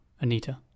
Anita